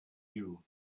you